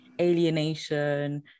alienation